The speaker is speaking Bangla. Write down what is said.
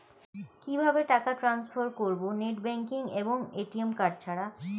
কিভাবে টাকা টান্সফার করব নেট ব্যাংকিং এবং এ.টি.এম কার্ড ছাড়া?